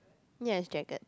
yes Jaggard